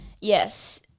Yes